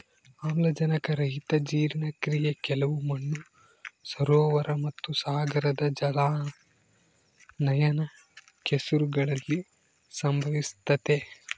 ಆಮ್ಲಜನಕರಹಿತ ಜೀರ್ಣಕ್ರಿಯೆ ಕೆಲವು ಮಣ್ಣು ಸರೋವರ ಮತ್ತುಸಾಗರದ ಜಲಾನಯನ ಕೆಸರುಗಳಲ್ಲಿ ಸಂಭವಿಸ್ತತೆ